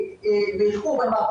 אני ברשותך חבר הכנסת טסלר,